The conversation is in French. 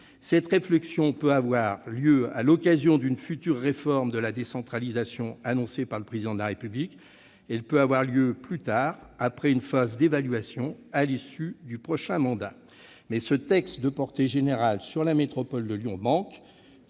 Cette réflexion peut avoir lieu à l'occasion d'une future réforme de la décentralisation annoncée par le Président de la République ou plus tard, après une phase d'évaluation à l'issue du prochain mandat. Mais un texte de portée générale sur la métropole de Lyon fait